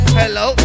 hello